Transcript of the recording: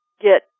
get